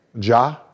Ja